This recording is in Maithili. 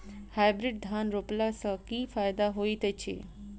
हाइब्रिड धान रोपला सँ की फायदा होइत अछि?